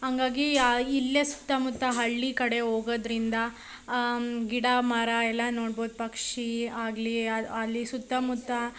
ಹಂಗಾಗಿ ಆ ಇಲ್ಲೇ ಸುತ್ತಮುತ್ತ ಹಳ್ಳಿ ಕಡೆ ಹೋಗೋದ್ರಿಂದ ಗಿಡ ಮರ ಎಲ್ಲ ನೋಡ್ಬೋದು ಪಕ್ಷಿ ಆಗಲಿ ಅಲ್ಲಿ ಸುತ್ತಮುತ್ತ